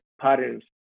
patterns